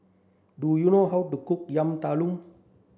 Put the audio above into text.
do you know how to cook Yam Talam